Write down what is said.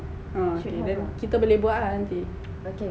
ha okay then kita boleh buat ah nanti